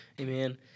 Amen